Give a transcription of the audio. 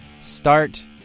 start